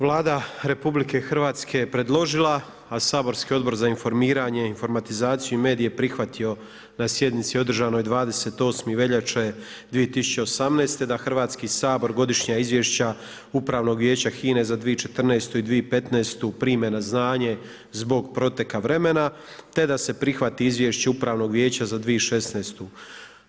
Vlada RH je predložila, a saborski Odbor za informiranje, informatizacije i medije prihvatio na sjednici održanoj 28. veljače 2018. da Hrvatski sabor godišnja izvješća Upravnog vijeća HINA-e za 2014. i 2015. prime na znanje zbog proteka vremena, te da se prihvati izvješće Upravnog vijeća za 2016. godinu.